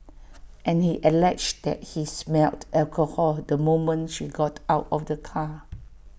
and he alleged that he smelled alcohol the moment she got out of the car